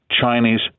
Chinese